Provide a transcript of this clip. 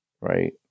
right